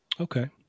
Okay